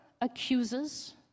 accuses